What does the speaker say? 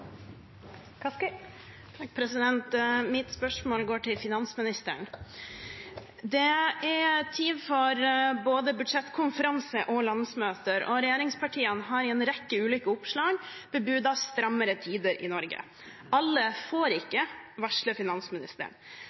Mitt spørsmål går til finansministeren. Det er tid for både budsjettkonferanse og landsmøter, og regjeringspartiene har i en rekke ulike oppslag bebudet strammere tider i Norge. Alle får ikke, varsler finansministeren.